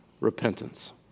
repentance